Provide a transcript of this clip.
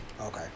Okay